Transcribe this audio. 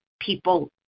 people